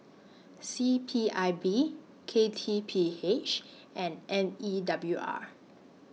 C P I B K T P H and N E W R